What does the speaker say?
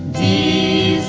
the